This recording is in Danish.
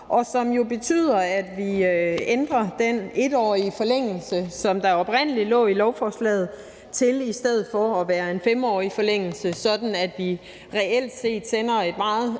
op om. Det betyder, at vi ændrer den 1-årige forlængelse, som der oprindelig lå i lovforslaget, til i stedet for at være en 5-årig forlængelse, sådan at vi reelt set sender et meget